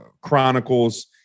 chronicles